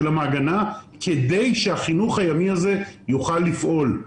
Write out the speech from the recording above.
המעגנה כדי שהחינוך הימי הזה יוכל לפעול.